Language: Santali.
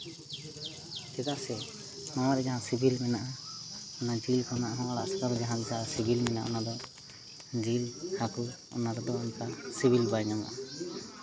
ᱪᱮᱫᱟᱜ ᱥᱮ ᱱᱚᱣᱟᱨᱮ ᱡᱟᱦᱟᱸ ᱥᱤᱵᱤᱞ ᱢᱮᱱᱟᱜᱼᱟ ᱚᱱᱟ ᱡᱤᱞ ᱠᱷᱚᱱᱟᱜ ᱦᱚᱸ ᱟᱲᱟᱜ ᱥᱟᱠᱟᱢ ᱡᱟᱦᱟᱸ ᱞᱮᱠᱟ ᱥᱤᱵᱤᱞ ᱢᱮᱱᱟᱜᱼᱟ ᱚᱱᱟᱫᱚ ᱡᱤᱞ ᱦᱟᱹᱠᱩ ᱚᱱᱟ ᱨᱮᱫᱚ ᱥᱤᱵᱤᱞ ᱵᱟᱭ ᱧᱟᱢᱚᱜᱼᱟ